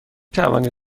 توانید